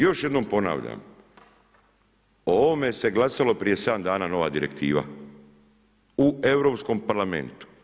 Još jednom ponavljam, o ovome se glasalo prije 7 dana, nova direktiva, u Europskom Parlamentu.